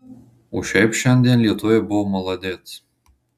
o šiaip šiandien lietuviai buvo maladėc